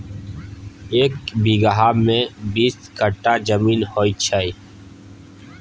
एक बीगहा मे बीस कट्ठा जमीन होइ छै